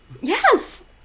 Yes